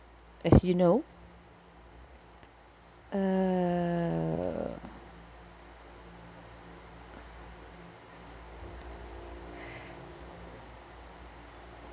as you know uh